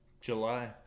July